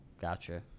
Gotcha